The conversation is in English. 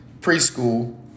preschool